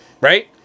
Right